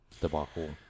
debacle